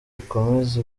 ukomeze